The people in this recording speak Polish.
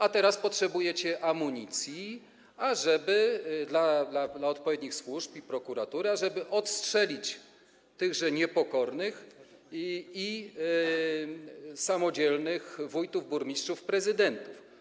A teraz potrzebujecie amunicji dla odpowiednich służb i prokuratury, ażeby odstrzelić tychże niepokornych i samodzielnych wójtów, burmistrzów, prezydentów.